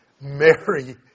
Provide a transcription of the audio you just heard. Mary